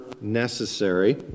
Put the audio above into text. necessary